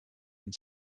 and